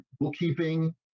bookkeeping